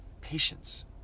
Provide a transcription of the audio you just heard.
patience